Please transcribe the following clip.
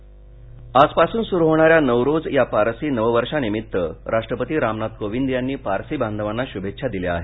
शुभेच्छा आजपासून सुरु होणाऱ्या नवरोज या पारसी नववर्षानिमित्त राष्ट्रपती रामनाथ कोविंद यांनी पारसी बांधवाना शुभेच्छा दिल्या आहेत